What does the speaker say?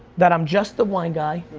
that i'm just the wine guy,